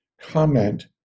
comment